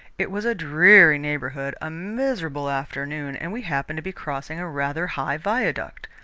it was a dreary neighbourhood, a miserable afternoon, and we happened to be crossing a rather high viaduct.